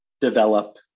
develop